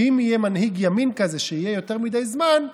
שאם יהיה מנהיג ימין כזה שיהיה יותר מדי זמן,